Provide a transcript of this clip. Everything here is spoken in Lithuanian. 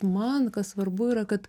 man kas svarbu yra kad